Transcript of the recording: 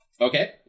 Okay